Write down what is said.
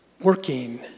working